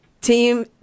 team